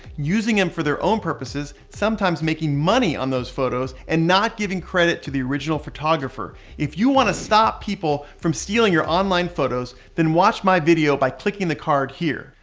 using them for their own purposes, sometimes making money on those photos and not giving credit to the original photographer. if you want to stop people from stealing your online photos, then watch my video by clicking the card here.